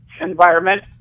environment